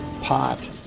Pot